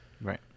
Right